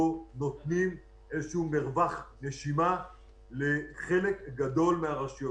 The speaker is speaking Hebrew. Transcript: נותנים איזשהו מרווח נשימה לחלק גדול מן הרשויות.